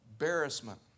embarrassment